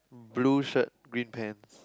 blue shirt green pants